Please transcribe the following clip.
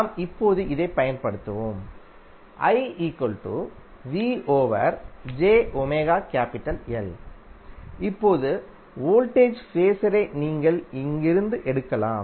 நாம் இப்போது இதைப் பயன்படுத்துவோம் இப்போது வோல்டேஜ் ஃபேஸரை நீங்கள் இங்கிருந்து எடுக்கலாம்